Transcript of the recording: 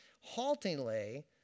haltingly